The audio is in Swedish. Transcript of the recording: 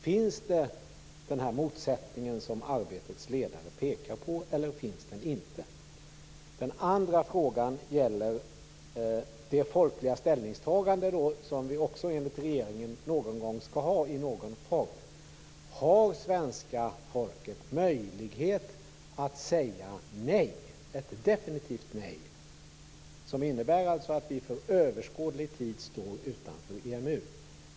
Finns den motsättning som Arbetets ledare pekar på eller finns den inte? Den andra frågan gäller det folkliga ställningstagande som vi också enligt regeringen någon gång skall ha i någon form. Har svenska folket möjlighet att säga nej, ett definitivt nej? Då menar jag alltså ett nej som innebär att vi för överskådlig tid står utanför EMU.